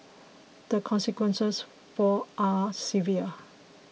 the consequences for are severe